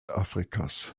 afrikas